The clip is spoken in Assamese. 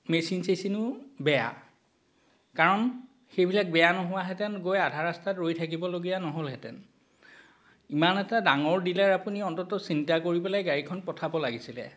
মেচিন চেচিনো বেয়া কাৰণ সেইবিলাক বেয়া নোহোৱাহেঁতেন গৈ আধা ৰাস্তাত ৰৈ থাকিবলগীয়া নহ'লহেঁতেন ইমান এটা ডাঙৰ ডীলাৰ আপুনি অন্তত চিন্তা কৰি পেলাই গাড়ীখন পঠাব লাগিছিলে